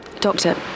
Doctor